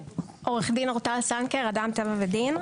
עורכת דין אורטל סנקר, "אדם, טבע ודין".